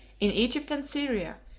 in egypt and syria,